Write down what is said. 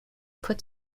put